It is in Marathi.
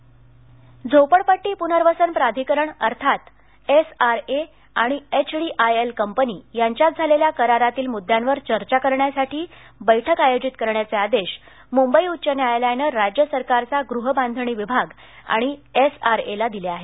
उच्च न्यायालय झोपडपट्टी पुनर्वसन प्राधिकरण अर्थात एसआरए आणि एचडीआयएल कंपनी यांच्यात झालेल्या करारातील मुद्यांवर चर्चा करण्यासाठी बैठक आयोजित करण्याचे आदेश मुंबई उच्च न्यायालयानं राज्य सरकारचा गृहबांधणी विभाग आणि एसआरएला दिले आहेत